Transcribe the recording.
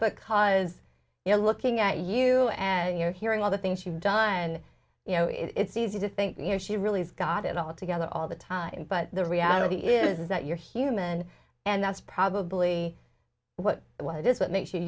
because you know looking at you and you're hearing all the things you've done you know it's easy to think you know she really has got it all together all the time but the reality is that you're human and that's probably what what is what makes you